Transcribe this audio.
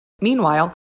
Meanwhile